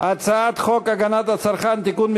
הצעת חוק הגנת הצרכן (תיקון,